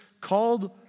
called